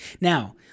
Now